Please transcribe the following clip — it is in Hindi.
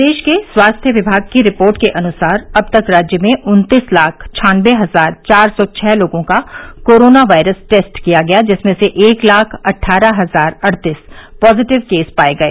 प्रदेश के स्वास्थ्य विभाग की रिपोर्ट के अनुसार अब तक राज्य में उन्तीस लाख छान्नबे हजार चार सौ छः लोगों का कोरोनावायरस टेस्ट किया गया जिनमें से एक लाख अट्ठारह हजार अड़तीस पॉजिटिव केस पाए गए